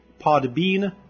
Podbean